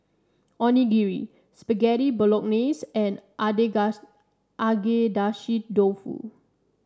Onigiri Spaghetti Bolognese and Agedashi Dofu